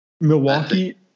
Milwaukee